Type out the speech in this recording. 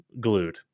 glued